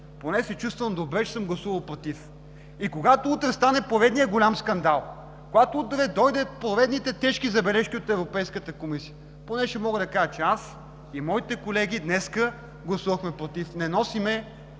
Понеже се чувствам добре, че съм гласувал „против” и когато утре стане поредният голям скандал, когато утре дойдат поредните тежки забележки от Европейската комисия, поне ще мога да кажа, че аз и моите колеги днес гласувахме „против”. Не носим